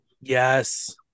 yes